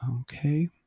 Okay